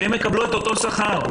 הן מקבלות אותו שכר.